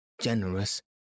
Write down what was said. generous